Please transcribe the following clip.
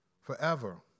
forever